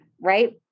right